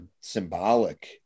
symbolic